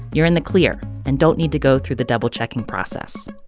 you're in the clear and don't need to go through the double-checking process